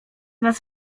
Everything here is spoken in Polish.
nas